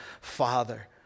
Father